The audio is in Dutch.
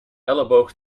elleboog